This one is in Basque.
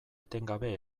etengabe